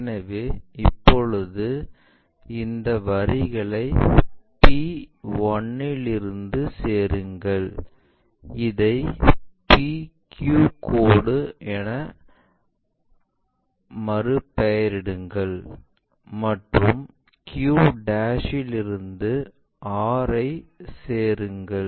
எனவே இப்போது இந்த வரிகளை p இல் இருந்து சேருங்கள் இதை PQ கோடு என மறுபெயரிடுங்கள் மற்றும் Q இல் இருந்து R ஐ சேருங்க